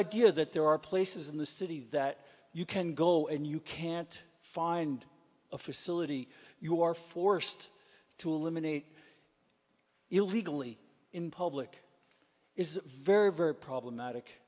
idea that there are places in the city that you can go and you can't find a facility you are forced to eliminate illegally in public is very very problematic